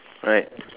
right